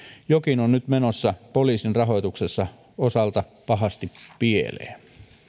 jokin on nyt menossa poliisin rahoituksen osalta pahasti pieleen